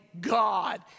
God